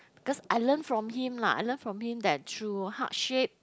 cause I learn from him lah I learn from him that through hardship